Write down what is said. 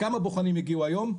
כמה בוחנים הגיעו היום,